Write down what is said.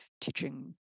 teaching